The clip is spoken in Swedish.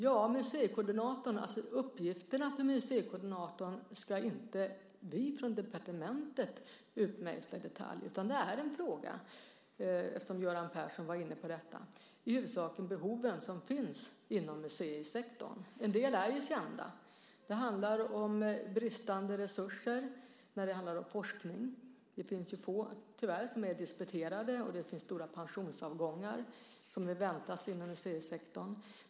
Uppgifterna för museikoordinatorn ska inte vi från departementet utmejsla i detalj. Det handlar i huvudsak om, som Göran Persson var inne på i sin fråga, behoven inom museisektorn. En del saker är kända. Det handlar om bristande resurser för forskning. Det finns tyvärr få som är disputerade, och stora pensionsavgångar väntas inom museisektorn.